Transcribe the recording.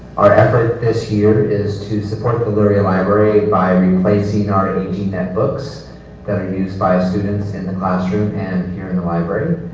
our effort this year is to support the learning library by replacing our eighteen netbooks that are used by students in the classroom and here in the library.